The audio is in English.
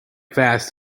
fast